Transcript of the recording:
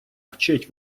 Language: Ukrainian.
вчить